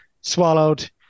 swallowed